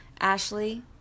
Ashley